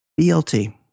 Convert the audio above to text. BLT